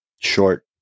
short